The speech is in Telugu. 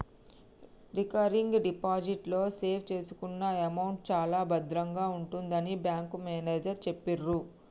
రికరింగ్ డిపాజిట్ లో సేవ్ చేసుకున్న అమౌంట్ చాలా భద్రంగా ఉంటుందని బ్యాంకు మేనేజరు చెప్పిర్రు